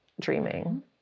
dreaming